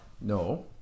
No